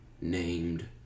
named